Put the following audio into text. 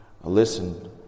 listen